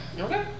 okay